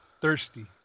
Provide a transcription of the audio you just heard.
thirsty